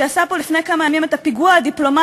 שעשה פה לפני כמה ימים את הפיגוע הדיפלומטי